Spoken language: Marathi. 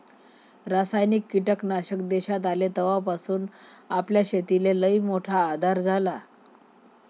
रासायनिक कीटकनाशक देशात आले तवापासून आपल्या शेतीले लईमोठा आधार झाला